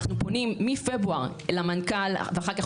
אנחנו פונים מפברואר למנכ"ל ואחר כך